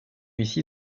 ici